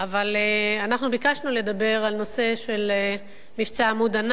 אבל אנחנו ביקשנו לדבר על הנושא של מבצע "עמוד ענן".